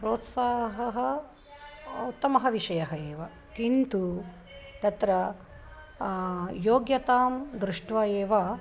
प्रोत्साहनः उत्तमः विषयः एव किन्तु तत्र योग्यतां दृष्ट्वा एव